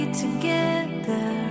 together